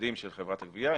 בעובדים של חברת הגבייה.